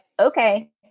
okay